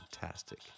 fantastic